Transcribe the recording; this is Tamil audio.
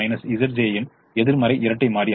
இன் எதிர்மறை இரட்டை மாறி ஆகும்